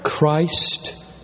Christ